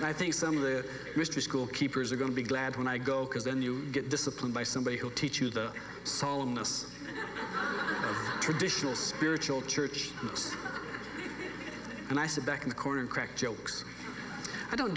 and i think some of the mystery school keepers are going to be glad when i go because then you get disciplined by somebody who'll teach you the solemn ness traditional spiritual church and i sit back in the corner and crack jokes i don't